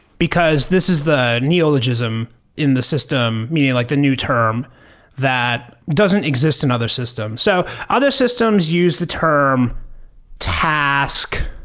because this is the neologism in the system, meaning like the new term that doesn't exist in other systems. so other systems use the term task,